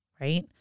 right